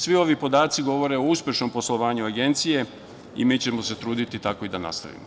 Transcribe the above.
Svi ovi podaci govore o uspešnom poslovanju Agencije i mi ćemo se truditi da tako i nastavimo.